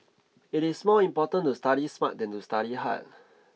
it is more important to study smart than to study hard